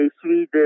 Sweden